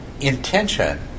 intention